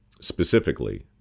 specifically